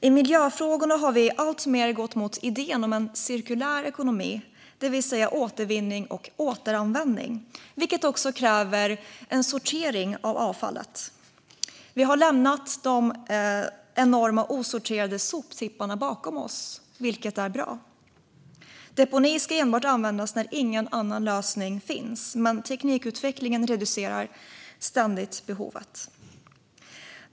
I miljöfrågorna har vi gått alltmer mot idén om en cirkulär ekonomi, det vill säga återvinning och återanvändning. Det kräver också en sortering av avfallet. Vi har lämnat de enorma osorterade soptipparna bakom oss. Det är bra. Deponi ska enbart användas när ingen annan lösning finns, men teknikutvecklingen reducerar ständigt behovet.